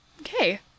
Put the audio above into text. Okay